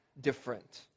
different